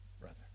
brother